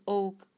ook